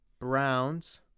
Browns